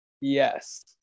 Yes